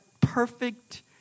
perfect